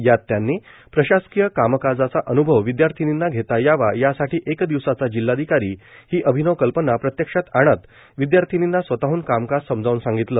यात त्यांनी प्रशाकीय कामकाजाचा अनुभव विद्यर्थिनीना घेता यावा यासाठी एक दिवसाचा जिल्हाधिकारी ही अभिनव कल्पना प्रत्यक्षात आणत विदयार्थिनींना स्वतःहून कामकाज समजावून सांगितले